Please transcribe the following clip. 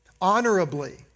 honorably